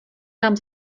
nám